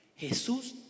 Jesús